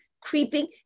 creeping